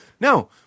No